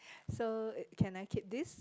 so can I keep this